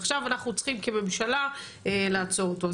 ועכשיו אנחנו צריכים כממשלה לעצור אותו.